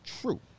True